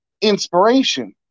inspiration